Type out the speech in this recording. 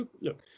Look